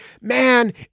man